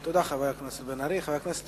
תודה, חבר הכנסת